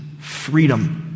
freedom